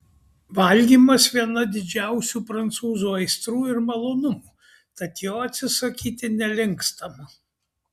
valgymas viena didžiausių prancūzų aistrų ir malonumų tad jo atsisakyti nelinkstama